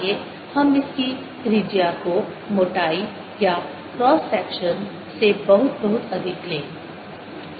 आइए हम इस की त्रिज्या को मोटाई या क्रॉस सेक्शन से बहुत बहुत अधिक लें